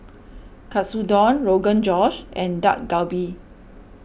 Katsudon Rogan Josh and Dak Galbi